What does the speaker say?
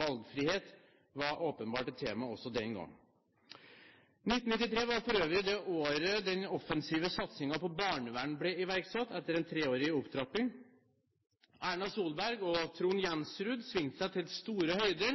Valgfrihet var åpenbart et tema også den gang. 1993 var for øvrig det året den offensive satsingen på barnevern ble iverksatt, etter en treårig opptrapping. Erna Solberg og Trond Jensrud svingte seg til de store